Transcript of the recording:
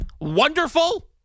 Wonderful